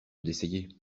d’essayer